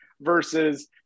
versus